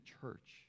church